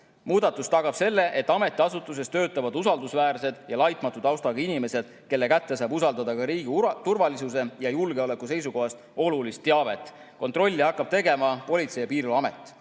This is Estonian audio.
Muudatus tagab selle, et ametiasutuses töötavad usaldusväärsed ja laitmatu taustaga inimesed, kelle kätte saab usaldada ka riigi turvalisuse ja julgeoleku seisukohast olulist teavet. Kontrolli hakkab tegema Politsei‑ ja Piirivalveamet.